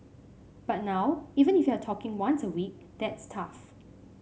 but now even if you're talking once a week that's tough